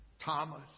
Thomas